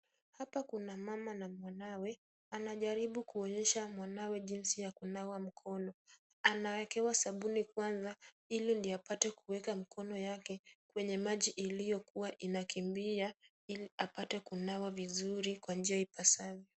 Hapa kuna mama na mwanawe, anajaribu kuonyesha mwanawe jinsi ya kunawa mikono. Anawekewa sabuni kwanza, ili apate kuweka mikono yake kwenye maji iliyo kuwa inakimbia, ili apate kunawa vizuri kwa njia ipasavyo.